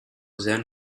zen